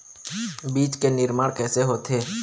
बीज के निर्माण कैसे होथे?